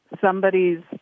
somebody's